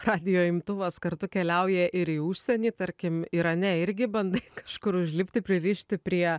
radijo imtuvas kartu keliauja ir į užsienį tarkim irane irgi bandai kažkur užlipti pririšti prie